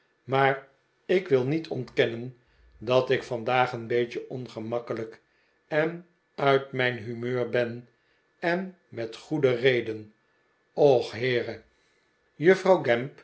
maar ik wil niet ontkennen dat ik vandaag een beetje ongemakkelijk en uit nlijn humeur ben en met goede reden och heere juffrouw